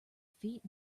feet